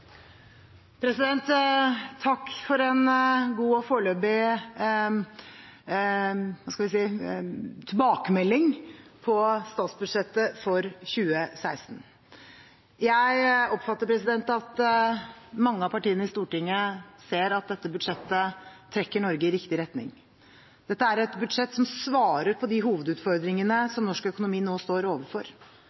statsbudsjettet for 2016. Jeg oppfatter at mange av partiene i Stortinget ser at dette budsjettet trekker Norge i riktig retning. Dette er et budsjett som svarer på de hovedutfordringene som norsk økonomi nå står overfor,